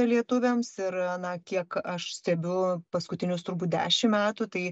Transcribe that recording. lietuviams ir na kiek aš stebiu paskutinius turbūt dešim metų tai